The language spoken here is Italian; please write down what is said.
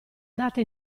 data